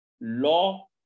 law